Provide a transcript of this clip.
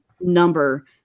number